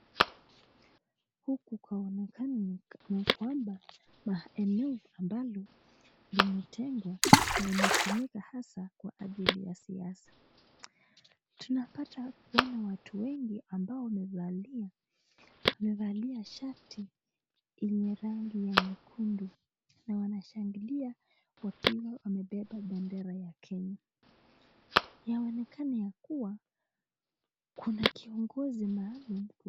Huku kwaonekana ni kwamba, kuna eneo ambalo limetengwa na imetumika haswa kwa ajili ya siasa. Tunapata kuona watu wengi ambao wamevalia, amevalia shati yenye rangi ya nyekundu na wanashangilia wakiwa wamebeba bendera ya Kenya. Yaonekana ya kua kuna kiongozi maalum